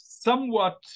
Somewhat